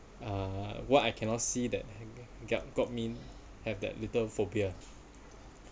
uh what I cannot see that got got me have that little phobia